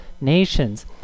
nations